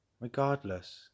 Regardless